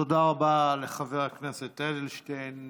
תודה רבה לחבר הכנסת אדלשטיין.